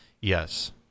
yes